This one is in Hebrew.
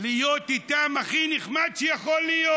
להיות איתם הכי נחמד שיכול להיות.